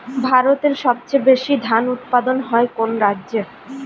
ভারতের সবচেয়ে বেশী ধান উৎপাদন হয় কোন রাজ্যে?